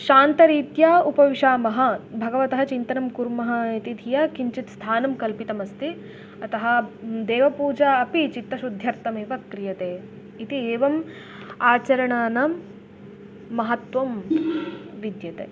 शान्तरीत्या उपविशामः भगवतः चिन्तनं कुर्मः इति धिया किञ्चित् स्थानं कल्पितमस्ति अतः देवपूजा अपि चित्तशुद्ध्यर्थमेव क्रियते इति एवम् आचरणानां महत्वं विद्यते